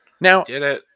Now